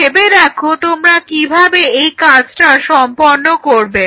তোমরা ভেবে দেখো তোমরা কীভাবে এই কাজটা সম্পন্ন করবে